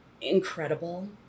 incredible